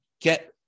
get